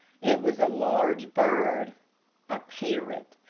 it was a large bird a parrot,